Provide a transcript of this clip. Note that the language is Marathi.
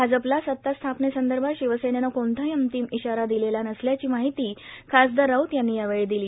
भाजपला सता स्थापनेसंदर्भात शिवसेनेनं कोणताही अंतिम इशारा दिलेला नसल्याची माहितीही खासदार राऊत यांनी यावेळी दिली